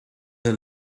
her